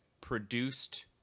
produced